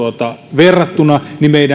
verrattuna